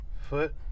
foot